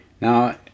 now